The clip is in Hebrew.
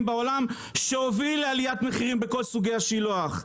בעולם שהוביל לעליית מחירים בכל סוגי השילוח.